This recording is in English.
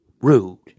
Rude